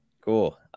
Cool